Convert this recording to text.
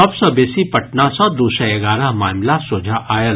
सभ सँ बेसी पटना सँ दू सय एगारह मामिला सोझा आयल